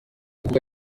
uvuga